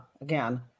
again